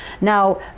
now